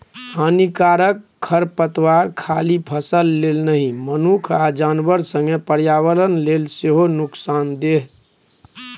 हानिकारक खरपात खाली फसल लेल नहि मनुख आ जानबर संगे पर्यावरण लेल सेहो नुकसानदेह